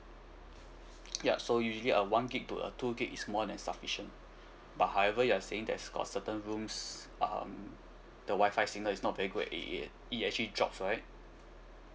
yup so usually a one gig to a two gig is more than sufficient but however you are saying that got certain rooms um the wifi signal is not very good and i~ it actually drops right